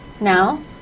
Now